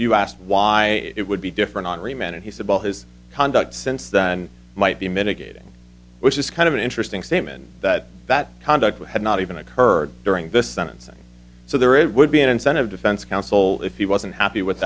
you asked why it would be different on three men and he said well his conduct since then might be mitigating which is kind of an interesting statement that that conduct would have not even occurred during the sentencing so there it would be an incentive defense counsel if he wasn't happy with